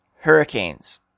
hurricanes